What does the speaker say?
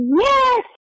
Yes